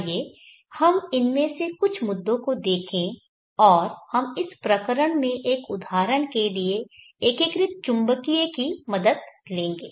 आइए हम इनमें से कुछ मुद्दों को देखें और हम इस प्रकरण में एक उदाहरण के लिए एकीकृत चुम्बकीय की मदद लेंगे